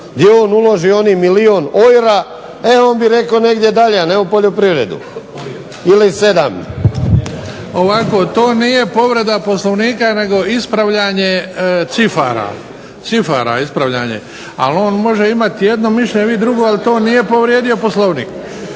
gdje on uloži onih milijun ojra e on bi reko' negdje dalje, a ne u poljoprivredu ili sedam. **Bebić, Luka (HDZ)** Ovako. To nije povreda Poslovnika nego ispravljanje cifara, cifara ispravljanje. Ali on može imati jedno mišljenje, vi drugo. Ali to nije povrijedio Poslovnik.